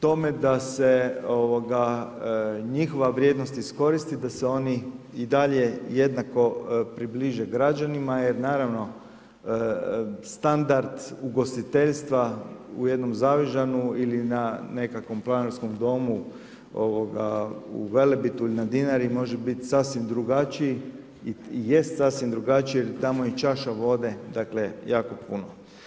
tome da se njihova vrijednost iskoristi, da se oni i dalje jednako približe građanima jer naravno standard ugostiteljstva u jednom Zavižanu ili na nekakvom planinarskom domu u Velebitu ili Dinari može biti sasvim drugačiji i jest sasvim drugačije jer tamo je čaša vode jako puno.